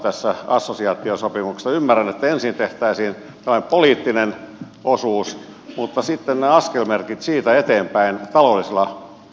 ymmärrän että ensin tehtäisiin tällainen poliittinen osuus mutta minkälaiset ovat sitten ne askelmerkit siitä eteenpäin taloudellisella puolella